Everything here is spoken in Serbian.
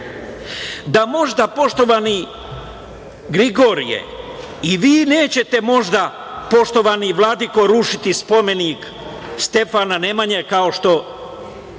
Da možda, poštovani Grigorije, i vi nećete možda, poštovani vladiko, rušiti spomenik Stefana Nemanje i